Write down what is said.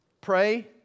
Pray